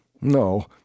No